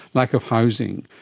lack of housing,